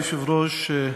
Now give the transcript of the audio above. כבוד היושב-ראש,